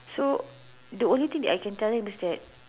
so the only thing that I can tell him is that